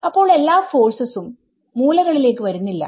അപ്പോൾ എല്ലാ ഫോഴ്സസും മൂലകളിലേക്ക് വരുന്നില്ല